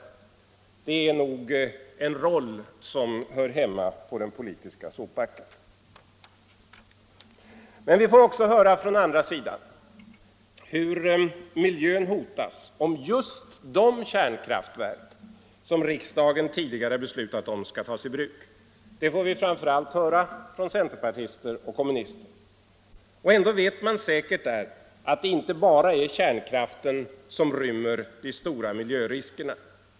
Det är nog en roll som hör hemma på den politiska sopbacken. Men vi får också höra från andra sidan hur miljön hotas om just de kärnkraftverk som riksdagen tidigare beslutat om tas i bruk. Det får vi framför allt höra från centerpartister och kommunister. Ändå vet man säkert där att det inte bara är kärnkraften som rymmer de stora miljöriskerna.